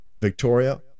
Victoria